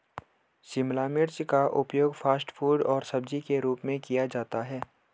शिमला मिर्च का उपयोग फ़ास्ट फ़ूड और सब्जी के रूप में किया जाता है